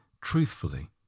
truthfully